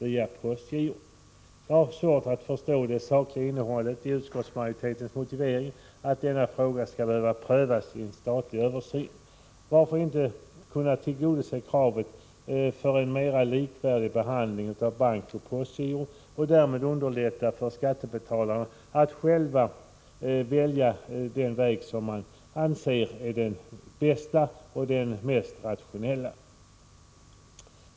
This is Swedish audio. Jag har svårt att förstå det sakliga innehållet i utskottsmajoritetens motivering, att denna fråga skall behöva prövas vid en statlig översyn. Varför kan man inte tillgodose kravet på en mer likvärdig behandling av bankoch postgiro och därmed låta skattebetalarna själva få välja den väg de anser vara den bästa och mest rationella.